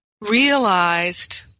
realized